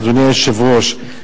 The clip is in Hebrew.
אדוני היושב-ראש,